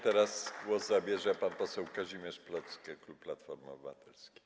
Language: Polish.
Teraz głos zabierze pan poseł Kazimierz Plocke, klub Platformy Obywatelskiej.